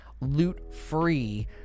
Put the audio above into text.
loot-free